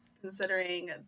considering